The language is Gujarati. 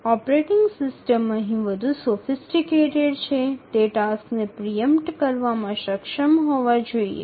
ઓપરેટિંગ સિસ્ટમ અહીં વધુ સોફિસટીકટેડ છે તે ટાસ્કને પ્રિ ઇમ્પટ કરવામાં સક્ષમ હોવા જોઈએ